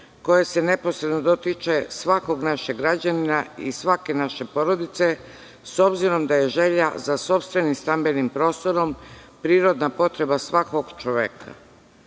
koje se neposredno dotiče svakog našeg građanina i svake naše porodice, s obzirom da je želja za sopstvenim stambenim prostorom prirodna potreba svakog čoveka.